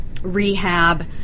Rehab